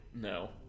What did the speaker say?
no